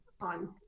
on